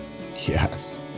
Yes